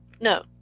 No